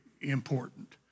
important